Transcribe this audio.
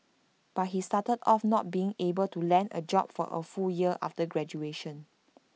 but he started off not being able to land A job for A full year after graduation